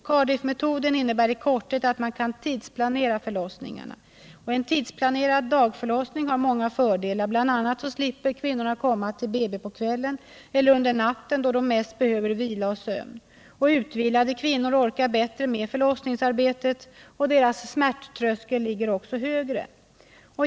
Cardiffmetoden innebär i korthet att man kan tidsplanera förlossningarna. En tidsplanerad dagförlossning har många fördelar, bl.a. slipper kvinnorna komma till BB på kvällen eller under natten då de mest behöver vila och sömn. Utvilade kvinnor orkar bättre med förlossningsarbetet, och deras smärttröskel ligger högre.